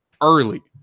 early